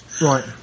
Right